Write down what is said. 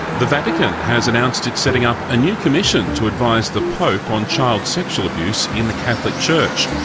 the vatican has announced it's setting up a new commission to advise the pope on child sexual abuse in the catholic church.